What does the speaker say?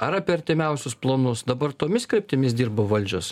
ar apie artimiausius planus dabar tomis kryptimis dirbo valdžios